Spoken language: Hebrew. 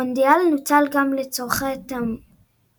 המונדיאל נוצל גם לצורכי תעמולה,